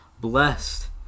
blessed